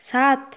সাত